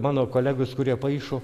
mano kolegos kurie paišo